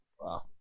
Wow